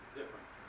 different